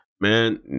Man